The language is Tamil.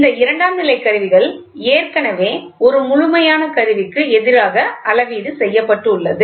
இந்த இரண்டாம் நிலைக் கருவிகள் ஏற்கனவே ஒரு முழுமையான கருவிக்கு எதிராக அளவீடு செய்யப்பட்டுள்ளது